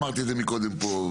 אמרתי את זה מקודם פה,